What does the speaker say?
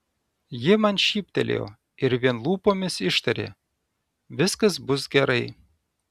ji man šyptelėjo ir vien lūpomis ištarė viskas bus gerai